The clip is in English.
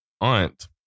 aunt